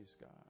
God